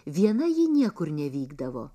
viena ji niekur nevykdavo